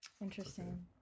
Interesting